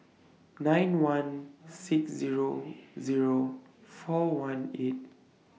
nine one six Zero Zero four one eight